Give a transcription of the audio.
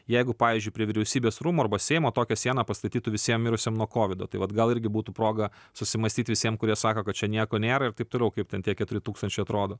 jeigu pavyzdžiui prie vyriausybės rūmų arba seimo tokią sieną pastatytų visiem mirusiem nuo kovido tai vat gal irgi būtų proga susimąstyt visiem kurie sako kad čia nieko nėra ir taip toliau kaip ten tie keturi tūkstančiai atrodo